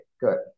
good